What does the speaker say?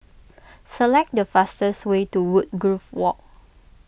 select the fastest way to Woodgrove Walk